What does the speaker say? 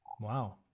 wow